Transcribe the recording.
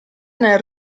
nel